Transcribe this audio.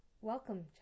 welcome